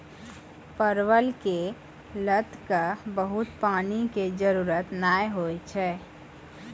परवल के लत क बहुत पानी के जरूरत नाय होय छै